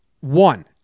One